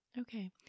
Okay